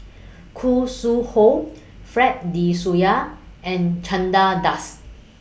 Khoo Sui Hoe Fred De Souza and Chandra Das